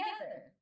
together